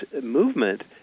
movement